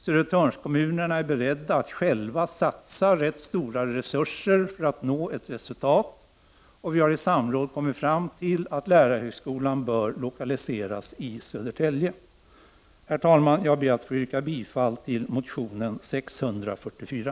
Södertörnskommunerna är beredda att själva satsa rätt stora resurser för att nå ett resultat, och vi har i samråd kommit fram till att lärarhögskolan bör lokaliseras till Södertälje. Herr talman! Jag ber att få yrka bifall till motion 1987/88:Ub644.